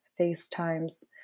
facetimes